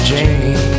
Jamie